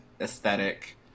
aesthetic